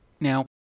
Now